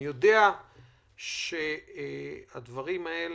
אני יודע שהדברים האלה,